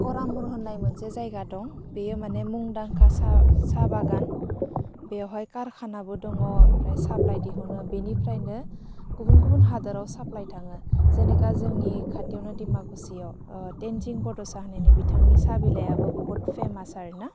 करामर होन्नाय मोनसे जायगा दं बेयो मानि मुंदांखा साहा साहा बागान बेयावहाय कारखानाबो दङ ओमफाय साप्लाय दिहुनो बिनिफ्रायनो गुबुन गुबुन हादोराव साप्लाइ थाङो जेनिखा जोंनि खाथियावनो डिमाकुसियाव टेनजिं बड'सा होन्नायनि बिथांनि साहा बिलाइयाबो बहुथ फेमास आरोना